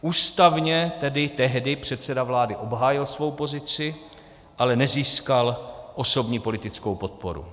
Ústavně tedy tehdy předseda vlády obhájil svou pozici, ale nezískal osobní politickou podporu.